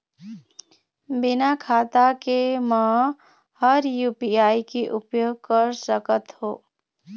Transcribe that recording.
बिना खाता के म हर यू.पी.आई के उपयोग कर सकत हो?